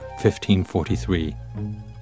1543